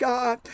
God